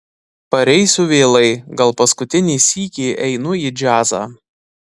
pareisiu vėlai gal paskutinį sykį einu į džiazą